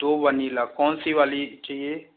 दो वनीला कौन सी वाली चाहिए